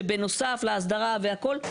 שבנוסף לאסדרה והכל,